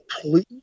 please